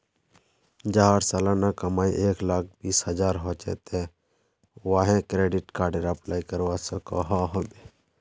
जहार सालाना कमाई एक लाख बीस हजार होचे ते वाहें क्रेडिट कार्डेर अप्लाई करवा सकोहो होबे?